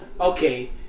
okay